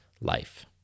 life